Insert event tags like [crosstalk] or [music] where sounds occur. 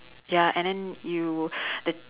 ya and then you [breath] the